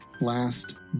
Last